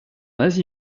asie